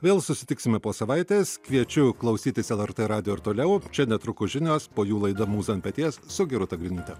vėl susitiksime po savaitės kviečiu klausytis lrt radijo ir toliau čia netrukus žinios po jų laida mūza ant peties su gerūta griniūte